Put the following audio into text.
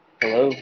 hello